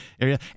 area